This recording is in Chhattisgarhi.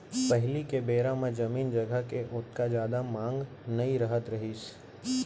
पहिली के बेरा म जमीन जघा के ओतका जादा मांग नइ रहत रहिस हे